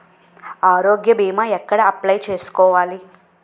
ఆరోగ్య భీమా ఎక్కడ అప్లయ్ చేసుకోవాలి?